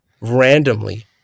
randomly